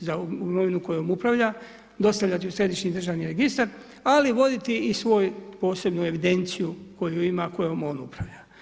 za imovinu kojom upravlja, dostavljati ju u Središnji državni registar, ali voditi i svoj posebnu evidenciju koju ima, kojom on upravlja.